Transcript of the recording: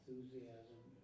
Enthusiasm